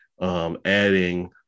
adding